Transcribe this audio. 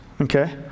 okay